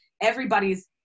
everybody's